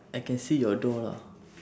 I can see your door lah